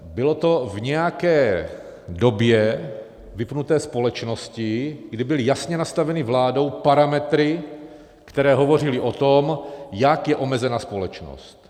Bylo to v nějaké době vypnuté společnosti, kdy byly jasně nastavené vládou parametry, které hovořily o tom, jak je omezena společnost.